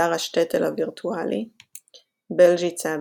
באתר השטעטל הווירטואלי "בלז'יצה",